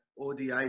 ODI